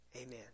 Amen